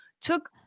took